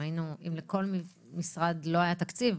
אם לכל משרד לא היה תקציב,